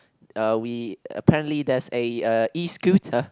uh we apparently there's a uh E-Scooter